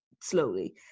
slowly